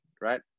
right